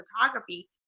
photography